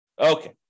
Okay